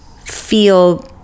feel